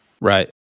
Right